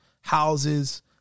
houses